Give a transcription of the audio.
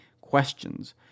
questions